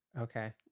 okay